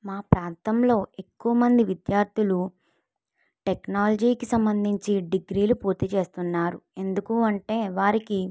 మా ప్రాంతంలో ఎక్కువ మంది విద్యార్థులు టెక్నాలజీకి సంబంధించి డిగ్రీలు పూర్తి చేస్తున్నారు ఎందుకంటే వారికి